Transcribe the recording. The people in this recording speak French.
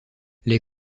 les